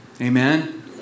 Amen